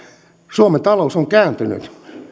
suomen talous on kääntynyt